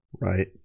right